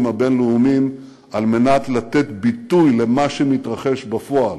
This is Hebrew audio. הבין-לאומיים על מנת לתת ביטוי למה שמתרחש בפועל,